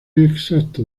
exacto